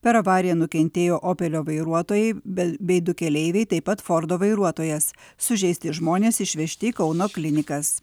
per avariją nukentėjo opelio vairuotojai bei bei du keleiviai taip pat fordo vairuotojas sužeisti žmonės išvežti į kauno klinikas